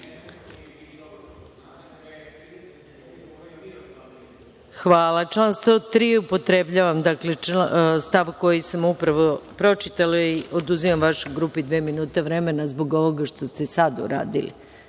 Hvala. Član 103. upotrebljavam, dakle stav koji sam upravo pročitala i oduzimam vašoj grupi dva minuta vremena zbog ovoga što ste sad uradili.